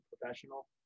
professional